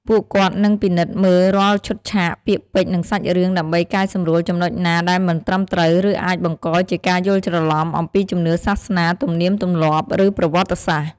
ពួកគាត់នឹងពិនិត្យមើលរាល់ឈុតឆាក ពាក្យពេចន៍ និងសាច់រឿង ដើម្បី កែសម្រួលចំណុចណាដែលមិនត្រឹមត្រូវ ឬអាចបង្កជាការយល់ច្រឡំ អំពីជំនឿសាសនា ទំនៀមទម្លាប់ ឬប្រវត្តិសាស្ត្រ។